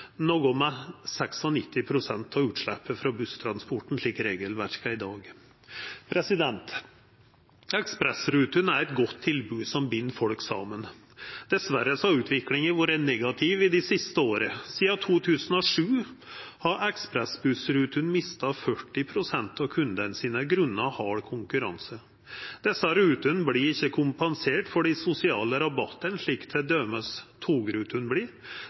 noko med 96 pst. av utsleppet frå busstransporten, slik regelverket er i dag. Ekspressrutene er eit godt tilbod som bind folk saman. Dessverre har utviklinga vore negativ dei siste åra. Sidan 2007 har ekspressbussrutene mista 40 pst. av kundane sine på grunn av hard konkurranse. Desse rutene vert ikkje kompenserte for dei sosiale rabattane, slik